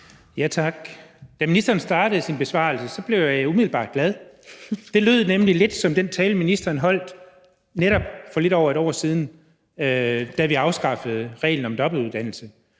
Tak. Da ministeren startede sin besvarelse, blev jeg umiddelbart glad. Det lød nemlig lidt som den tale, ministeren holdt for netop lidt over et år siden, da vi afskaffede reglen om dobbeltuddannelse,